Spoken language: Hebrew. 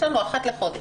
אחת לחודש.